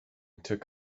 took